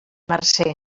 mercè